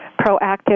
proactive